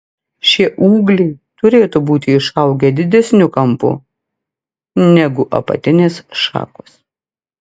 šie ūgliai turėtų būti išaugę didesniu kampu negu apatinės šakos